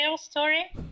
story